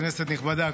כנסת נכבדה,